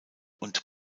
und